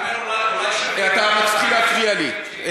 אני אומר: אולי שווה, אתה מתחיל להפריע לי.